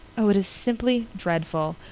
oh, it is simply dreadful!